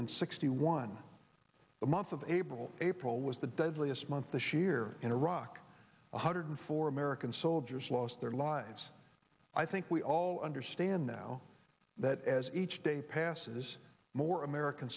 hundred sixty one the month of april april was the deadliest month this year in iraq one hundred four american soldiers lost their lives i think we all understand now that as each day passes more american